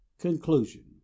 CONCLUSION